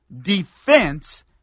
defense